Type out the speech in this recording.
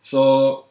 so